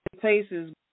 places